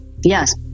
Yes